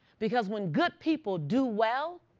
because when good people do well,